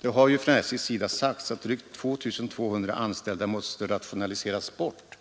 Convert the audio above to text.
Nu har man från SJ:s sida sagt att drygt 2 200 anställda måste rationaliseras bort